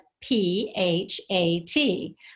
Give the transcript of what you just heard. P-H-A-T